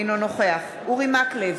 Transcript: אינו נוכח אורי מקלב,